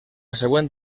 següent